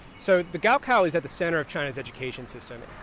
so the gao kao is at the center of china's education system.